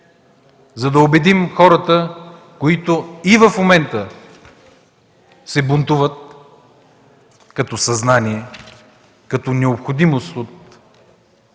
за да убедим хората, които и в момента се бунтуват като съзнание, като необходимост от